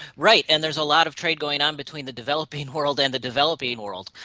right, and there's a lot of trade going on between the developing world and the developing world.